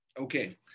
Okay